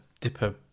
dipper